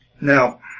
Now